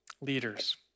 leaders